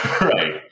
Right